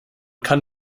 kann